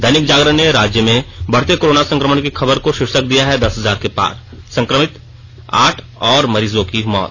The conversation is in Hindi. दैनिक जागरण ने राज्य में बढ़ते कोरोना संक्रमण की खबर को शीर्षक दिया है दस हजार के पार संक्रमित आठ और मरीजों की मौत